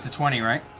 ah twenty, right?